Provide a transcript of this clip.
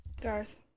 Garth